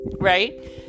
right